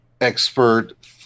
expert